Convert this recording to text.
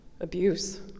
abuse